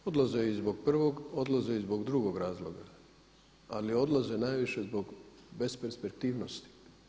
Odlaze i zbog prvog, odlaze i zbog drugog razloga ali odlaze najviše zbog besperspektivnosti.